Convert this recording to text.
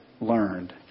learned